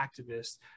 activists